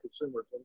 consumers